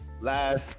last